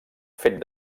fet